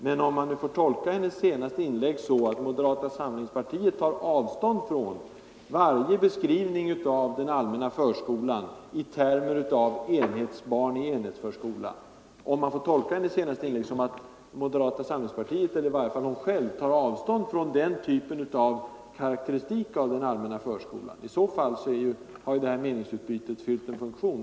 Men om jag får tolka fru Sundbergs senaste inlägg så att moderata samlingspartiet tar avstånd från varje beskrivning av den allmänna förskolan i termer som ”enhetsbarn i enhetsförskola”, att moderata samlingspartiet, eller i varje fall fru Sundberg själv, tar avstånd från den typen av karaktäristik av den allmänna förskolan, så har ju detta meningsutbyte ändå fyllt en funktion.